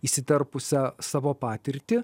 įsiterpusią savo patirtį